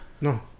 No